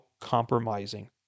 compromising